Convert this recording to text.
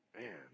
Man